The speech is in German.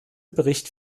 bericht